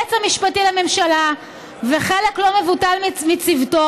היועץ המשפטי לממשלה וחלק לא מבוטל מצוותו